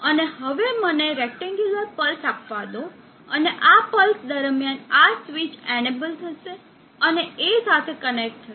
અને હવે મને રેક્ટેગ્યુલર પલ્સ આપવા દો અને આ પલ્સ દરમિયાન આ સ્વીચ એનેબલ થશે અને A સાથે કનેક્ટ થશે